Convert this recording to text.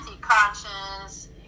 conscience